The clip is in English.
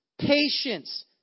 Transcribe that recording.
Patience